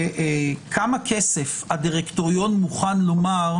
כמה כסף הדירקטוריון מוכן לומר,